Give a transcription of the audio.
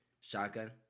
shotgun